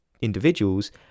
individuals